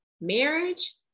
marriage